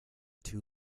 too